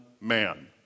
man